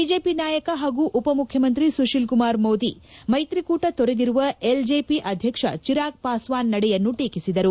BJP ನಾಯಕ ಹಾಗೂ ಉಪಮುಖ್ಯಮಂತ್ರಿ ಸುತೀಲ್ ಕುಮಾರ್ ಮೋದಿ ಮೈತ್ರಿಕೂಟ ತೊರೆದಿರುವ ಎಲ್ಜೆಪಿ ಅಧ್ಯಕ್ಷ ಚಿರಾಗ್ ಪಾಸ್ವಾನ್ ನಡೆಯನ್ನು ಟೀಕಿಸಿದರು